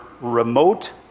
remote